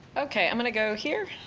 okay, i'm gonna go here